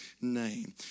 name